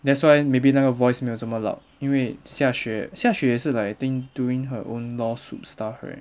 that's why maybe 那个 voice 没有这么 loud 因为 xia xue xia xue 也是 like I think doing her own lawsuit stuff right